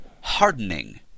hardening